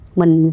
mình